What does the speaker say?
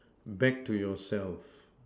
back to yourself